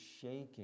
shaking